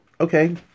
Okay